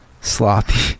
Sloppy